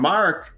Mark